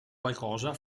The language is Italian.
qualcosa